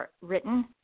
written